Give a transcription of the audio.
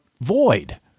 void